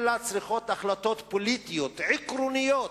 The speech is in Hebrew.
אלא דרושות החלטות פוליטיות, עקרוניות,